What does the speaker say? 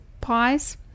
pies